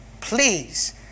Please